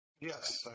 Yes